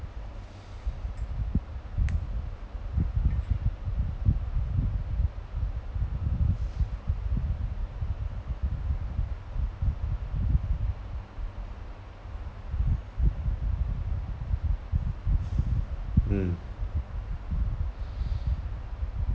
mm